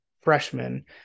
freshman